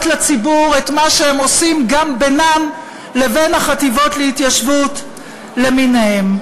לציבור את מה שהם עושים גם בינם לבין החטיבות להתיישבות למיניהן.